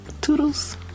Toodles